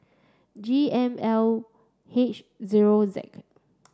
G M L H zero Z